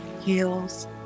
heals